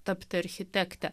tapti architekte